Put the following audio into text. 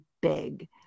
big